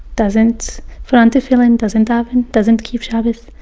doesn't put on tfilin, doesn't daven, doesn't keep shabbes.